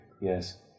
yes